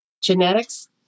genetics